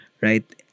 right